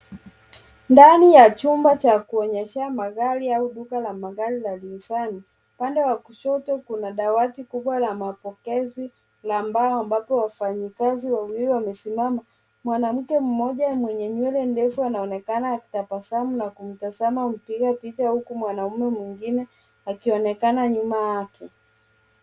Ndani ya chumba cha kuonyeshea magari, au duka la magari la Nissan, upande wa kushoto kuna dawati kubwa la mapokezi na ambapo wafanyikazi wawili wamesimama. Mwanamke mmoja mwenye nywele ndefu, anaonekana akitabasamu na kumtazama mpiga picha, huku mwingine akionekana nyuma yake.